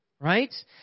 Right